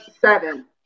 seven